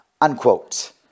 unquote